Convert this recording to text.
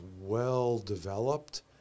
well-developed